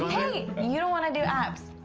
and you you don't wanna do apps.